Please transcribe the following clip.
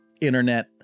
internet